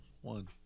One